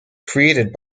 created